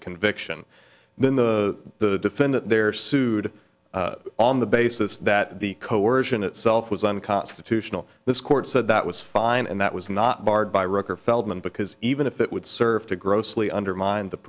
the conviction then the defendant there sued on the basis that the coersion itself was unconstitutional this court said that was fine and that was not barred by record feldman because even if it would serve to grossly undermine the